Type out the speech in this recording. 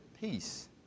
peace